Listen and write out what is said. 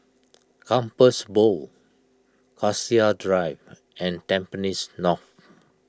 Compassvale Bow Cassia Drive and Tampines North